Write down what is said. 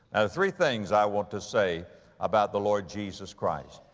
three things i want to say about the lord jesus christ,